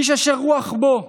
איש אשר רוח בו,